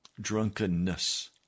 drunkenness